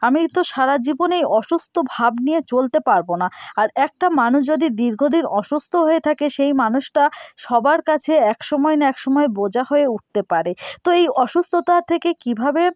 আমি তো সারা জীবন এই অসুস্থ ভাব নিয়ে চলতে পারবো না আর একটা মানুষ যদি দীর্ঘদিন অসুস্থ হয়ে থাকে সেই মানুষটা সবার কাছে এক সময় না এক সময় বোঝা হয়ে উঠতে পারে তো এই অসুস্থতা থেকে কীভাবে